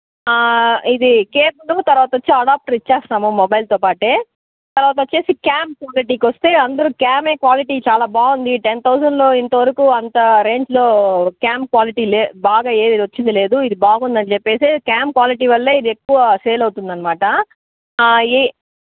ఇది కేబులు తరువాత వచ్చి అడాప్టర్ ఇస్తాము మొబైల్తో పాటు తరువాత వచ్చి క్యామ్ క్వాలీటికి వస్తే అందరూ క్యామ్ క్వాలిటీ చాలా బాగుంది టెన్ థౌజెండ్లో ఇంతవరకు అంత రేంజ్లో క్యామ్ క్వాలిటీ లేదు బాగా ఏది వచ్చింది లేదు ఇది బాగుందని చెప్పి క్యామ్ క్వాలిటీ వల్లే ఇది ఎక్కువ సేల్ అవుతుంది అన్నమాట ఇ